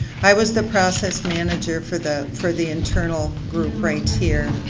i was the process manager for the for the internal group right here.